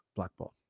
Blackball